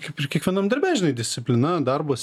kaip ir kiekvienam darbe žinai disciplina darbas